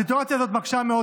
הסיטואציה הזאת מקשה מאוד,